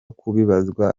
kubibazwa